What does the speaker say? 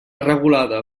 regulada